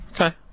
Okay